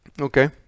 Okay